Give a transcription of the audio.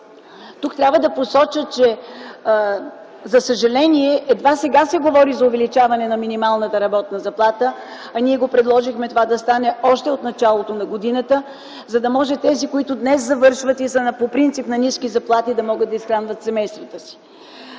Тук трябва да посоча, че за съжаление едва сега се говори за увеличаване на минималната работна заплата, а ние предложихме това да стане още от началото на годината, за да може тези, които днес завършват, и по принцип са на ниски заплати, да могат да изхранват семействата си.